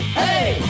hey